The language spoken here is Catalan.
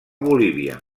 bolívia